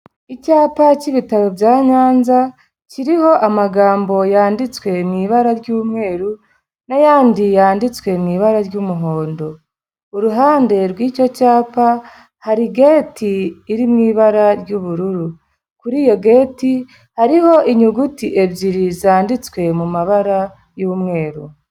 Icyapa cy'Ibitaro bya Nyanza kiriho amagambo yanditswe mu ibara ry'umweru n'ayandi yanditswe mu ibara ry'umuhondo. Uruhande rw'icyo cyapa hari geti iri mu ibara ry'ubururu. Kuri iyo geti hariho inyuguti ebyiri zanditswe mu mabara y'umweru.